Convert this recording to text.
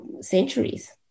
centuries